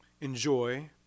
enjoy